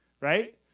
right